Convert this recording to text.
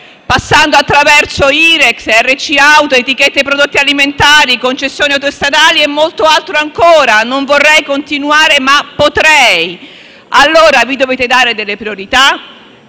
passando attraverso IRES, RC auto, etichette dei prodotti alimentari, concessioni autostradali e molto altro ancora. Non vorrei continuare, ma potrei. Vi dovete dare delle priorità